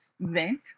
vent